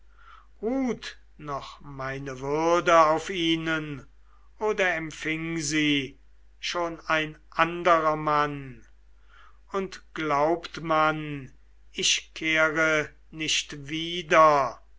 ruht noch meine würde auf ihnen oder empfing sie schon ein anderer mann und glaubt man ich kehre nicht wieder